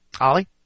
Ollie